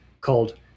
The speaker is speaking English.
called